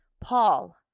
Paul